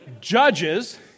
Judges